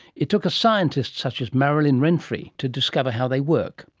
it took a scientist such as marilyn renfree to discover how they work.